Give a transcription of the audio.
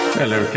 Hello